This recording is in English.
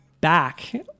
back